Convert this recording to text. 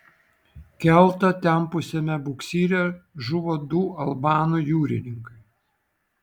keltą tempusiame buksyre žuvo du albanų jūrininkai